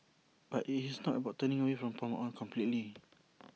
but IT is not about turning away from palm oil completely